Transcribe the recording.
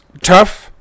tough